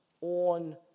on